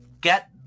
get